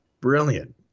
brilliant